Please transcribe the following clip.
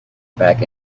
back